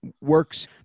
works